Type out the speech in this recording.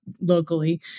locally